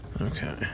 okay